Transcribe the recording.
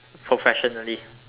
professionally